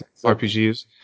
RPGs